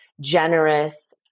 generous